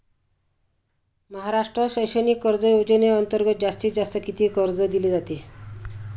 महाराष्ट्र शैक्षणिक कर्ज योजनेअंतर्गत जास्तीत जास्त किती कर्ज दिले जाते?